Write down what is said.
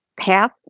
path